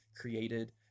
created